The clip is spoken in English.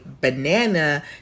banana